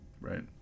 Right